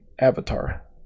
avatar